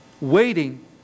waiting